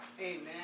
Amen